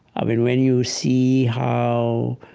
i mean, when you see how